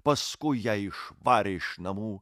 paskui ją išvarė iš namų